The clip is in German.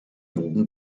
wogen